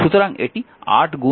সুতরাং এটি 8103